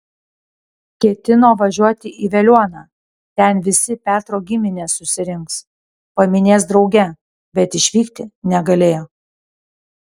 ketino važiuoti į veliuoną ten visi petro giminės susirinks paminės drauge bet išvykti negalėjo